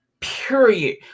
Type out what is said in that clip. period